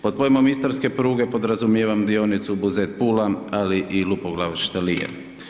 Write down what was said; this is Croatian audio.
Pod pojmom istarske pruge podrazumijevam dionicu Buzet-Pula, ali i Lupoglav – Štalije.